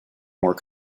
more